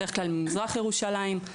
בדרך כלל ממזרח ירושלים.